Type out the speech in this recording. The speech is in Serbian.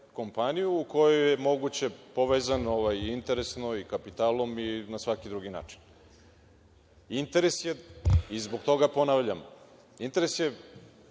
kompaniju u kojoj je moguće povezan interesno, kapitalom i na svaki drugi način? Interes je, zbog toga ponavljam, većinsko